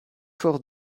forts